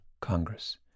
Congress